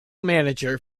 manager